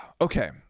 okay